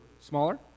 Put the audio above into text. smaller